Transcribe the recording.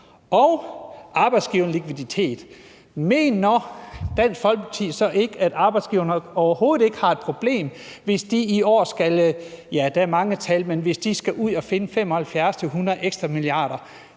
og arbejdsgivernes likviditet. Mener Dansk Folkeparti så, at arbejdsgiverne overhovedet ikke har et problem, hvis de i år skal ud at finde – ja, der er mange